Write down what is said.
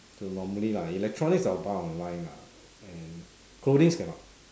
so normally lah electronics I will buy online lah and clothings cannot